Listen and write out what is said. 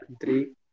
Three